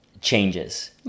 changes